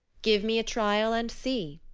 give me a trial, and see.